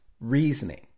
reasoning